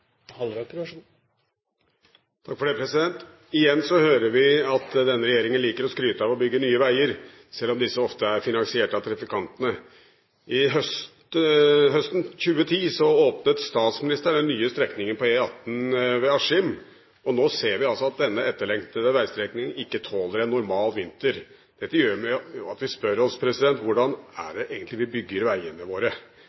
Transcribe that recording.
vi at denne regjeringen liker å skryte av å bygge nye veger, selv om disse ofte er finansiert av trafikantene. Høsten 2010 åpnet statsministeren den nye strekningen på E18 ved Askim, og nå ser vi at denne etterlengtede vegstrekningen ikke tåler en normal vinter. Dette gjør at vi spør oss: Hvordan er